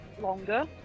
longer